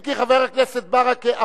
אם כי חבר הכנסת ברכה,